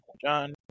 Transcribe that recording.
John